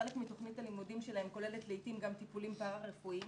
חלק מתכנית הלימודים שלהם כוללת לעתים גם טיפולים פרה-רפואיים